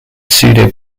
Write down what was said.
pseudo